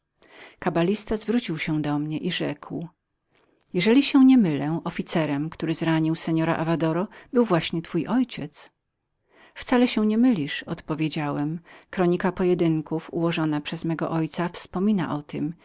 hordy kabalista obrócił się do mnie i rzekł jeżeli się niemylę officerem który zranił seora avadoro był właśnie twój ojciec wcale się nie mylisz odpowiedziałem kronika pojedynków ułożona przez mego ojca wspomina o tem